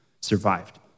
survived